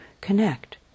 connect